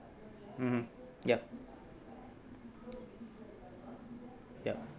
mmhmm yup yup